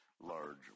large